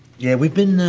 yeah, we've been.